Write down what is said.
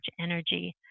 energy